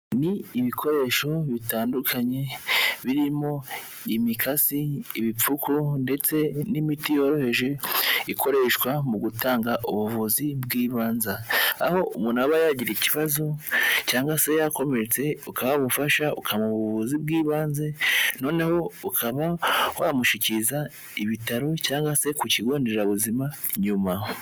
Ni ibikoresho bitandukanye birimo imikasi ibipfuko ndetse n'imiti yoroheje ikoreshwa mu gutanga ubuvuzi bw'ibanze, aho umuntu aba yagira ikibazo cyangwa se yakomeretse ukamufasha uka mu buvuzi bw'ibanze noneho ukaba wamushyikiriza ibitaro cyangwa se ku kigo nderabuzima inyuma.